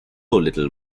little